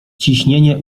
ciśnienie